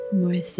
more